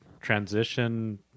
transition